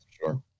sure